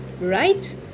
Right